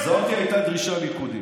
זאת הייתה דרישה ליכודית.